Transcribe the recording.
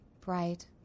bright